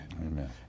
Amen